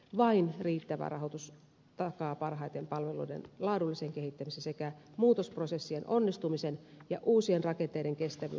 vain riittävä rahoitus takaa parhaiten palveluiden laadullisen kehittämisen sekä muutosprosessien onnistumisen ja uusien rakenteiden kestävyyden tulevaisuudessa